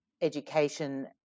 education